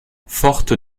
forte